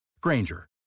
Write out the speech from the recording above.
Granger